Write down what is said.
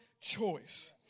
choice